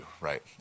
Right